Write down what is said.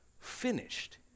finished